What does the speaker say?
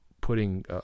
putting